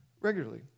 regularly